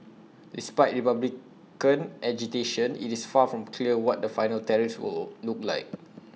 despite republican agitation IT is far from clear what the final tariffs will will look like